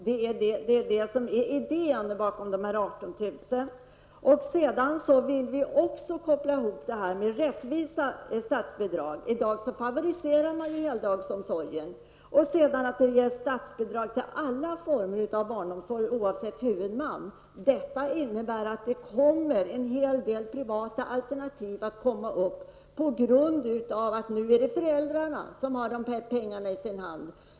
Detta är också en fråga om rättvisa när det gäller statsbidragen. I dag favoriserar man heldagsomsorgen. Tanken är också att statsbidrag skall ges till alla former av barnomsorg oavsett huvudman. Detta kommer att leda till en hel del privata alternativ, eftersom det nu är föräldrarna som har dessa pengar i sin hand.